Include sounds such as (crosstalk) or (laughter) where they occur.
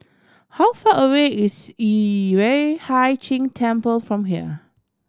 how far away is (unintelligible) Yueh Hai Ching Temple from here